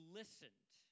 listened